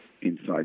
inside